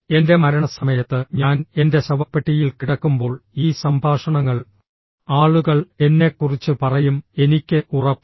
എന്റെ മരണസമയത്ത് ഞാൻ എന്റെ ശവപ്പെട്ടിയിൽ കിടക്കുമ്പോൾ ഈ സംഭാഷണങ്ങൾ ആളുകൾ എന്നെക്കുറിച്ച് പറയും എനിക്ക് ഉറപ്പാണ്